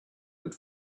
had